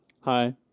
Hi